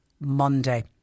Monday